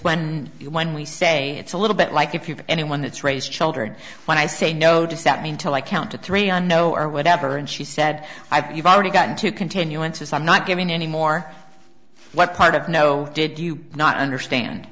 when you when we say it's a little bit like if you have anyone that's raise children when i say no does that mean till i count to three i know or whatever and she said i've already gotten two continuances i'm not giving any more what part of no did you not understand